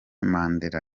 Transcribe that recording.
mandela